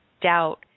doubt